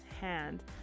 hand